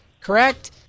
correct